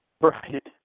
Right